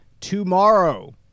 tomorrow